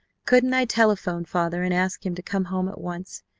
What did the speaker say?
couldn't i telephone father and ask him to come home at once,